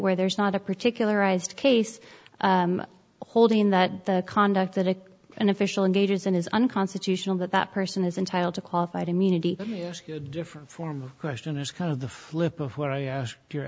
where there is not a particular ised case holding that the conduct that it an official engages in is unconstitutional that that person is entitled to qualified immunity different form of question is kind of the flip of where i ask you